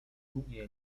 długie